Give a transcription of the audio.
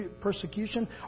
persecution